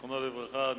זיכרונו לברכה,